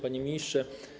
Panie Ministrze!